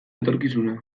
etorkizuna